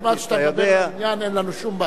כל זמן שאתה מדבר לעניין אין לנו שום בעיה.